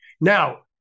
Now